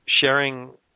sharing